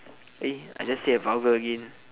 eh I just say a vulgar again